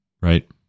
right